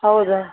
ಹೌದಾ